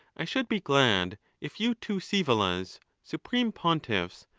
i should be glad if you two scaevolas, supreme pontiffs,